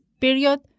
period